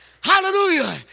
Hallelujah